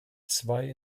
zwei